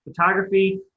photography